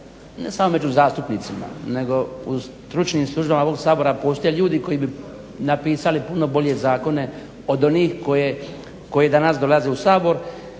ne samo među zastupnicima nego u stručnim službama ovog Sabora postoje ljudi koji bi napisali puno bolje zakone od onih koji danas dolaze u Sabor